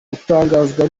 gutangazwa